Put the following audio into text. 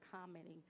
commenting